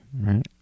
right